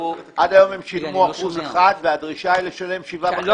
עד היום הן שילמו אחוז אחד והדרישה היא לשלם 7.5 אחוזים.